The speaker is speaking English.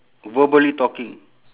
verbally talking